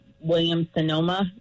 Williams-Sonoma